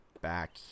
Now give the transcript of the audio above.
back